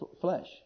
flesh